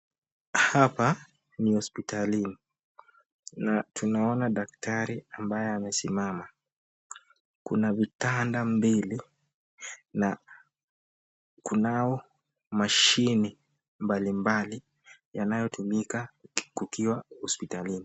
Hapa ni hospitalini na tunaona Daktari ambaye amesimama . Kuna vitanda mbili na kunao mashine mbalimbali yanayo tumika kukiwa hospitalini.